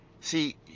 See